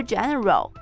General